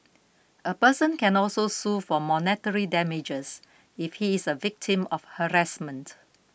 a person can also sue for monetary damages if he is a victim of harassment